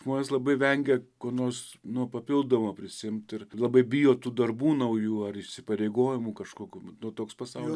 žmonės labai vengia ko nors nu papildomo prisiimt ir labai bijo tų darbų naujų ar įsipareigojimų kažkokių nu nu toks pasaulis